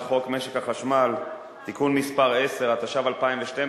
חוק משק החשמל (תיקון מס' 10 והוראת שעה),